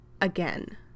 again